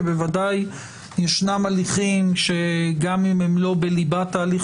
כי בוודאי ישנם הליכים שגם אם הם לא בליבת ההליך